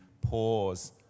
pause